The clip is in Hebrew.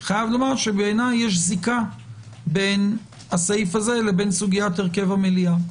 בעיניי יש זיקה בין הסעיף הזה לבין סוגית הרכב המליאה.